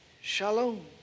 shalom